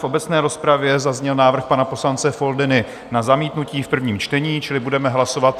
V obecné rozpravě zazněl návrh pana poslance Foldyny na zamítnutí v prvním čtení, čili budeme hlasovat...